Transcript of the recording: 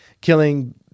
killing